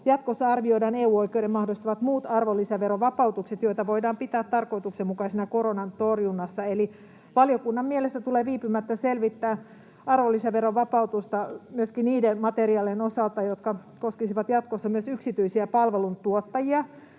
jatkossa arvioidaan EU-oikeuden mahdollistamat muut arvonlisäverovapautukset, joita voidaan pitää tarkoituksenmukaisina koronan torjunnassa. Valiokunnan mielestä tulee viipymättä selvittää arvonlisäveron vapautusta myöskin niiden materiaalien osalta, jotka koskisivat jatkossa myös yksityisiä palveluntuottajia,